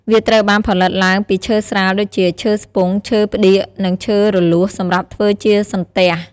វាត្រូវបានផលិតឡើងពីឈើស្រាលដូចជា ឈើស្ពង់ ឈើផ្ដៀក និងឈើរលួសសំរាប់ធ្វើជាសន្ទះ។